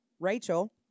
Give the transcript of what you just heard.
Rachel